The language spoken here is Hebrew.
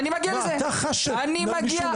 אתה חש שמישהו נקם בך?